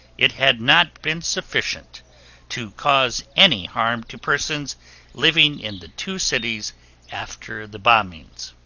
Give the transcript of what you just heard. it had not been sufficient to cause any harm to persons living in the two cities after the bombings.